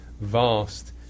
vast